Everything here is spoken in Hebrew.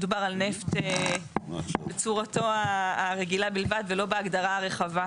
מדובר על נפט בצורתו הרגילה בלבד ולא בהגדרה הרחבה